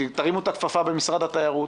תרימו את הכפפה במשרד התיירות,